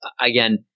again